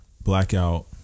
blackout